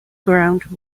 ground